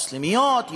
מוסלמיות,